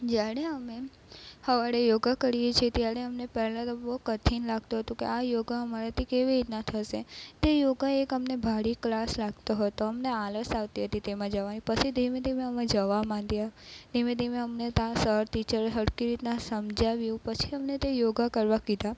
જ્યારે અમે સવારે યોગા કરીએ છીએ ત્યારે અમને પહેલાં તો બહુ કઠિન લાગતું હતું કે આ યોગા અમારાથી કેવી રીતના થશે તે યોગા એક અમને ભારી ક્લાસ લાગતો હતો અમને આળસ આવતી હતી તેમાં જવાની પછી ધીમે ધીમે અમે જવા માંડ્યા ધીમે ધીમે અમને ત્યાં સર ટિચાર સરખી રીતના સમજાવ્યું પછી અમને તે યોગા કરવા કીધા